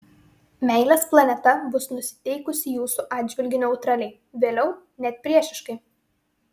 meilės planeta bus nusiteikusi jūsų atžvilgiu neutraliai vėliau net priešiškai